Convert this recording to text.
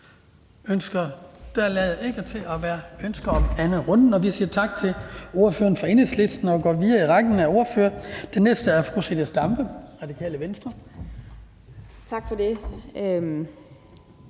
Tak for det.